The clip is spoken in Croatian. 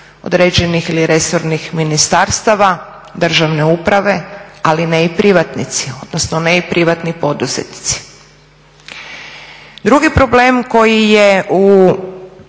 određenih ili resornih ministarstava, državne uprave ali ne i privatnici, odnosno ne i privatni poduzetnici. Drugi problem koji je u